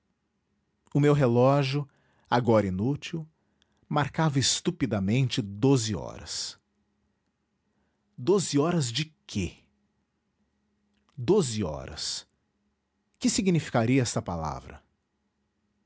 o meu relógio agora inútil marcava estupidamente doze horas doze horas de quê doze horas que significaria esta palavra